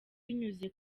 binyuze